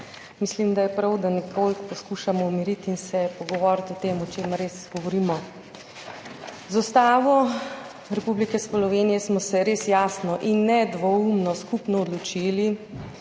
mislim, da je prav, da nekoliko poskušamo umiriti in se pogovoriti o tem, o čemer res govorimo. Z Ustavo Republike Slovenije smo se res jasno in nedvoumno skupno odločili